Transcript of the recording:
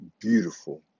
beautiful